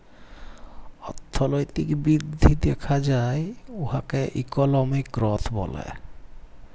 অথ্থলৈতিক বিধ্ধি দ্যাখা যায় উয়াকে ইকলমিক গ্রথ ব্যলে